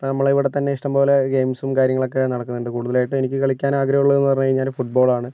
നമ്മളുടെ ഇവിടെത്തന്നെ ഇഷ്ടം പോലെ ഗെയിംസും കാര്യങ്ങളൊക്കെ നടക്കുന്നുണ്ട് കൂടുതലായിട്ടും എനിക്ക് കളിക്കാൻ ആഗ്രഹമുള്ളതെന്ന് പറഞ്ഞു കഴിഞ്ഞാൽ ഫുട് ബോളാണ്